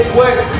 work